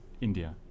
India